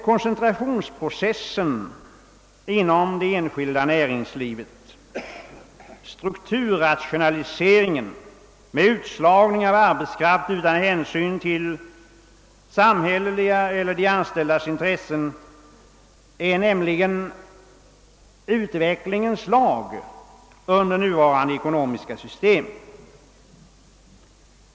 Koncentrationsprocessen inom det enskilda näringslivet, strukturrationaliseringen, med utslagning av arbetskraft utan hänsyn till samhällets eller de anställdas intressen, är nämligen utvecklingens lag med nuvarande ekonomiska system.